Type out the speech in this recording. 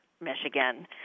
Michigan